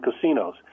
casinos